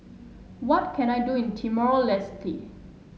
what can I do in Timor Leste